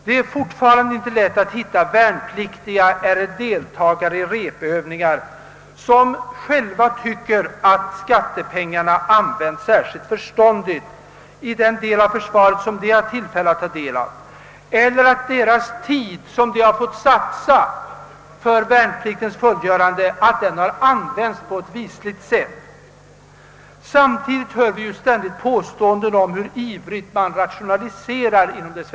Det är inte lätt att hitta värnpliktiga eller deltagare i repövningar som tycker att skattepengarna används särskilt förståndigt i den del av försvaret som de får inblick i eller att den tid de fått satsa för värnpliktens fullgörande används på ett helt förnuftigt sätt. Samtidigt hör vi ständigt påståendet om den snabba rationaliseringstakten inom försvaret.